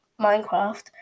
Minecraft